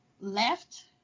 left